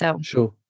sure